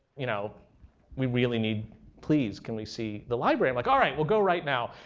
you know we really need please can we see the library? i'm like, all right. we'll go right now.